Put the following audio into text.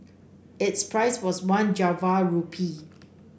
its price was one Java rupee